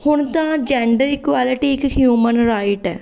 ਹੁਣ ਤਾਂ gender equality ਇੱਕ ਹਿਊਮਨ ਰਾਈਟ ਹੈ